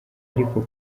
ariko